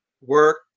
work